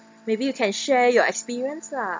maybe you can share your experience lah